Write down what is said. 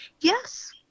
Yes